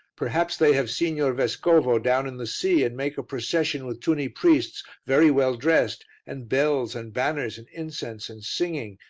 perhaps they have signor vescovo down in the sea and make a procession with tunny priests very well dressed, and bells and banners and incense and singing,